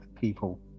people